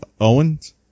Owens